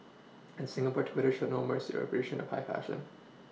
and Singapore Twitter showed no Mercy or appreciation of high fashion